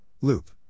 Loop